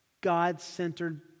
God-centered